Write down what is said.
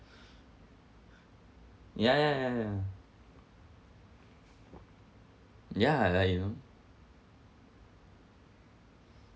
ya ya ya ya ya like you know